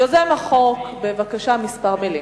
יוזם החוק, בבקשה, כמה מלים.